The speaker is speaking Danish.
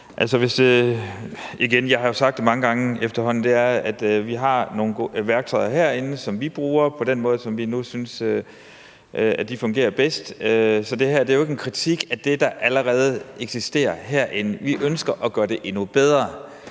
jeg har jo sagt det mange gange efterhånden: Vi har nogle værktøjer herinde, som vi bruger på den måde, som vi nu synes fungerer bedst. Så det her er jo ikke en kritik af det, der allerede eksisterer herinde. Vi ønsker at gøre det endnu bedre.